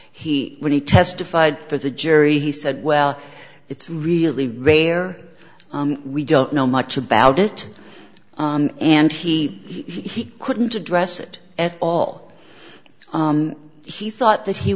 he when he testified for the jury he said well it's really rare we don't know much about it and he he couldn't address it at all he thought that he